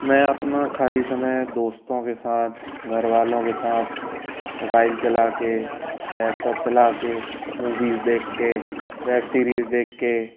मैं अपना खाली समय दोस्तों के साथ घरवालों के साथ मोबाइल चला कर लैपटॉप चला कर मूवीज़ देख कर वेब सीरीज़ देख कर